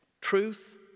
Truth